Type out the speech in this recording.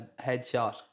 headshot